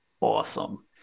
awesome